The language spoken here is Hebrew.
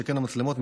שכן המצלמות,